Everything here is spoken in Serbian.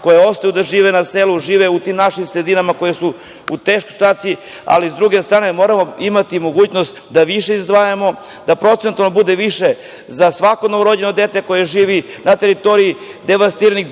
koje ostaju da žive na selu, žive u tim našim sredinama koje su u teškoj situaciji, ali sa druge strane moramo imati mogućnost da više izdvajamo, da procentualno bude više za svako novorođeno dete koje živi na teritoriji devastiranih,